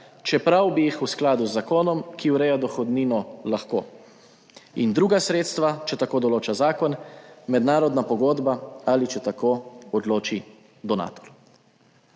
čeprav bi jih v skladu z zakonom, ki ureja dohodnino, lahko, in druga sredstva, če tako določa zakon, mednarodna pogodba ali če tako odloči donator.